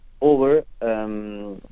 over